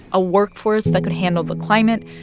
a workforce that could handle the climate,